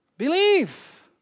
Believe